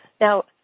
Now